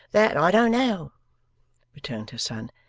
that i don't know returned her son.